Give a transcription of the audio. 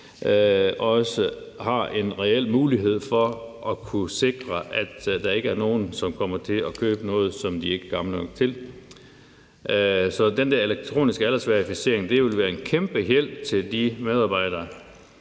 også har en reel mulighed for at kunne sikre, at der ikke er nogen, som kommer til at købe noget, som de ikke er gamle nok til. Så den der elektroniske aldersverificering vil være en kæmpe hjælp til de medarbejdere